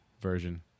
version